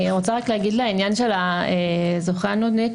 אני רוצה להגיד לעניין של הזוכה הנודניק